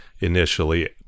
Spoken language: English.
initially